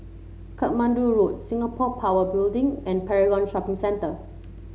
Katmandu Road Singapore Power Building and Paragon Shopping Centre